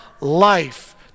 life